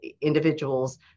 individuals